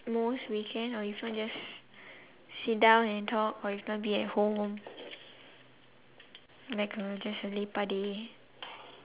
most weekend or if not just sit down and talk or if not be at home like a just a lepak day